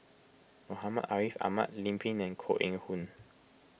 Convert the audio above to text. Muhammad Ariff Ahmad Lim Pin and Koh Eng Hoon